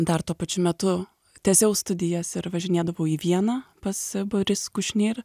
dar tuo pačiu metu tęsiau studijas ir važinėdavau į vieną pas boris kušnir